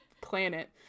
planet